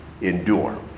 endure